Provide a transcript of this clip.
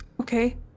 Okay